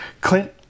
Clint